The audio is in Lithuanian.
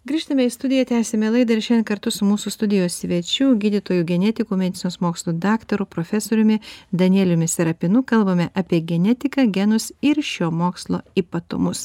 grįžtame į studiją tęsiame laidą ir šiandien kartu su mūsų studijos svečiu gydytoju genetiku medicinos mokslų daktaru profesoriumi danieliumi serapinu kalbame apie genetiką genus ir šio mokslo ypatumus